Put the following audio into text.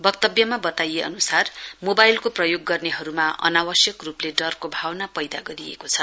वक्तव्यमा वताइए अन्सार मोबाइलको प्रयोग गर्नेहरुमा अनावश्यक रुपले डरको भावना पैदा गरिएको छ